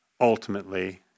ultimately